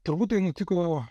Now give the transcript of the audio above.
turbūt tai nutiko